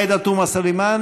עאידה תומא סלימאן,